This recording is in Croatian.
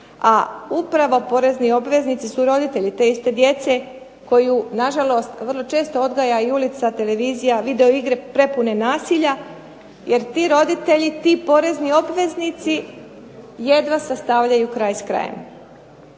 a upravo porezni obveznici su roditelji te iste djece koju nažalost vrlo često odgaja ulica, televizija, video igre prepune nasilja jer ti roditelji, ti porezni obveznici jedva sastavljaju kraj s krajem.